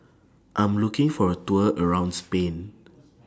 I Am looking For A Tour around Spain